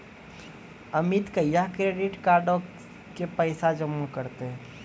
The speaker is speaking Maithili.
अमित कहिया क्रेडिट कार्डो के पैसा जमा करतै?